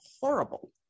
horrible